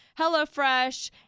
HelloFresh